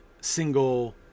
single